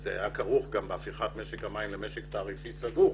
זה היה כרוך גם בהפיכת משק המים למשק תעריפי סגור